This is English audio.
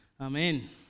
Amen